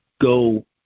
go